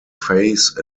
face